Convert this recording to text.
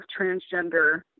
transgender